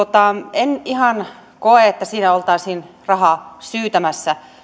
en ihan koe että siinä oltaisiin rahaa syytämässä